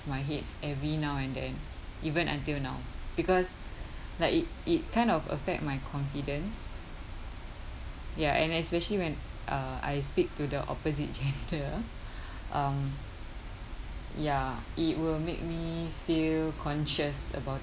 my head every now and then even until now because like it it kind of affect my confidence ya and especially when uh I speak to the opposite gender um ya it will make me feel conscious about